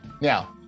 Now